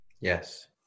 Yes